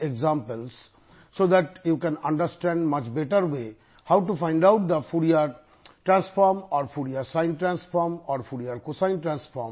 இப்பொழுது முதல் எடுத்துக்காட்டை பார்க்கலாம்